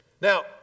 Now